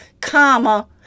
comma